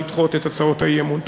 לדחות את הצעות האי-אמון.